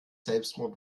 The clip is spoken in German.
selbstmord